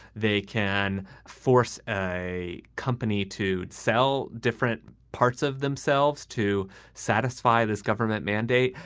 they can force a company to sell different parts of themselves to satisfy this government mandate.